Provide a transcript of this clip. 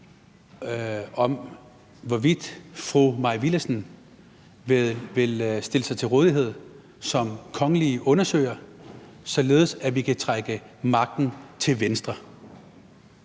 på, hvorvidt fru Mai Villadsen vil stille sig til rådighed som kongelig undersøger, således at vi kan trække magten til venstre.